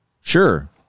sure